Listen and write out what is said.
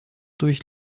durch